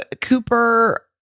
Cooper